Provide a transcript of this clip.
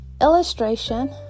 illustration